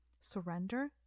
surrender